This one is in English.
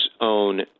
own